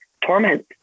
Torment